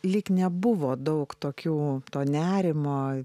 lyg nebuvo daug tokių to nerimo